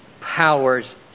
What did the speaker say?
powers